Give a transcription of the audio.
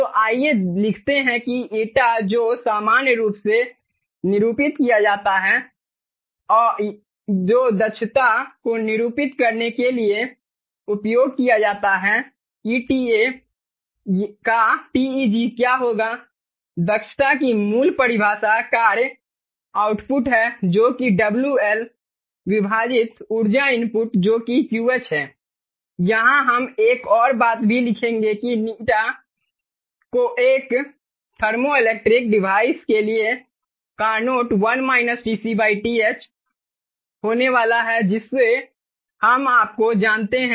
तो आइए लिखते हैं कि एटा जो सामान्य रूप से निरूपित किया जाता है या जो दक्षता को निरूपित करने के लिए उपयोग किया जाता है ईटीए का TEG क्या होगा दक्षता की मूल परिभाषा कार्य आउटपुट है जो कि WL विभाजित ऊर्जा इनपुट जो कि QH है यहां हम एक और बात भी लिखेंगे कि ƞ एक थर्मोइलेक्ट्रिक डिवाइस के लिए कारनोट TH होने वाला है जिसे हम इसको जानते हैं